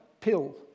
pill